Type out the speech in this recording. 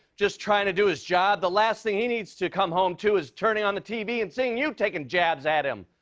just trying to do his job. the last thing he needs to come home to is turning on the tv and seeing you taking jabs at him.